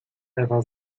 ewa